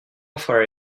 far